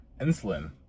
insulin